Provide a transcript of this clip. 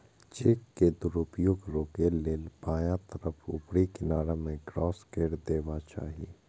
cheque के दुरुपयोग रोकै लेल बायां तरफ ऊपरी किनारा मे क्रास कैर देबाक चाही